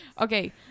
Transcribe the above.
okay